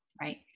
right